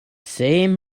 same